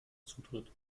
zutritt